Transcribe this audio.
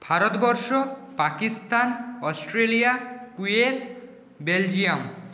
Bharatvarsha Pakistan Australia Kuwait Belgium